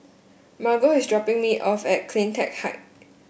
Margo is dropping me off at CleanTech Height